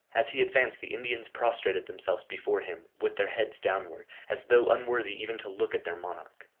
as he advanced the indians prostrated themselves before him, with their heads downwards, as though unworthy even to look at their monarch.